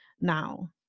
now